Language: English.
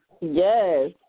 Yes